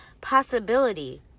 possibility